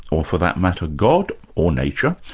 or for that matter, god, or nature,